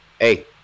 Hey